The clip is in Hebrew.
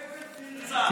עבד נרצע.